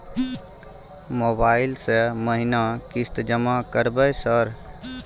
Mobile से महीना किस्त जमा करबै सर?